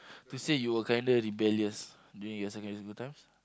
to say you were kinda rebellious during your secondary school time